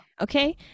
okay